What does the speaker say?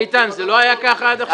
ביטן, זה לא היה ככה עד עכשיו?